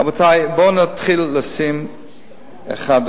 רבותי, בואו נתחיל לשים אחד-אחד.